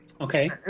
Okay